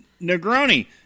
Negroni